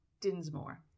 Dinsmore